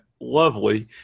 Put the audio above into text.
lovely